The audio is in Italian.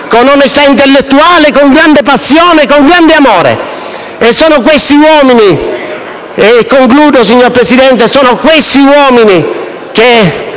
con onestà intellettuale, con grande passione e grande amore. Sono questi uomini, e concludo, signor Presidente, che devono essere